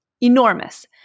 enormous